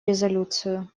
резолюцию